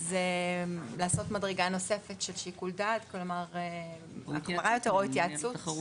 אז לעשות מדרגה נוספת של שיקול דעת החמרה יותר או התייעצות.